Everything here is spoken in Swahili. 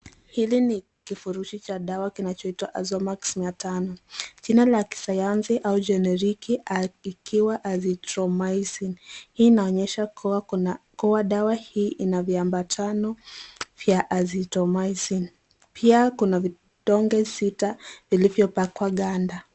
Hili ni kifurushi cha dawa kinachoitwa Azomax mia tano, jina la kisayansi ama generiki, ikiwa azithromycin , hii inaonyesha kuwa dawa hii ina viambatano, vya azithromycin , pia kuna vidonge sita, vilivyopakwa ganda.